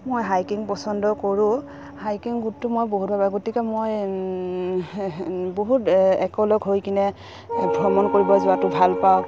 মই হাইকিং পচন্দ কৰোঁ হাইকিং গোটটো মই বহুত ভাল পাওঁ গতিকে মই বহুত একেলগ হৈ কিনে ভ্ৰমণ কৰিব যোৱাটো ভাল পাওঁ